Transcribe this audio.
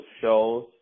shows